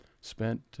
Spent